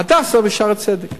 "הדסה" ו"שערי צדק"